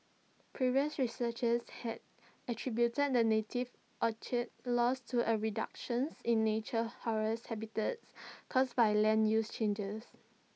previous researchers had attributed the native orchid's loss to A reduction in natural forest habitats caused by land use changes